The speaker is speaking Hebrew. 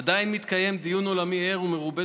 עדיין מתקיים דיון עולמי ער ומרובה